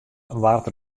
waard